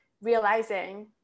realizing